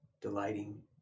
delighting